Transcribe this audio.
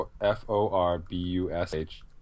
F-O-R-B-U-S-H